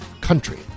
country